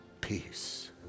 peace